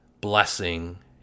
blessing